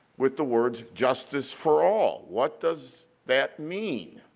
with the words, justice for all. what does that mean?